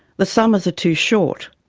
the summers are too short,